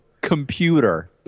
Computer